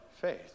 faith